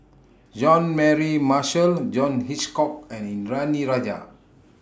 Jean Mary Marshall John Hitchcock and Indranee Rajah